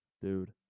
dude